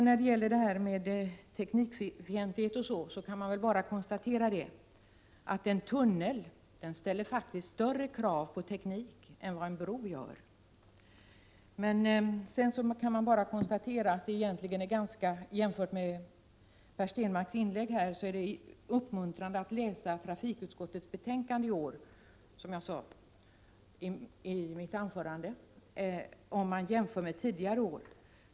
När det gäller teknikfientlighet kan man bara konstatera att en tunnel faktiskt ställer större krav på teknik än en bro. Jag kan vidare konstatera att det, om man jämför med Per Stenmarcks inlägg, är uppmuntrande att läsa trafikutskottets betänkande i år jämfört med tidigare år.